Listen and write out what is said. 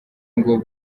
ngo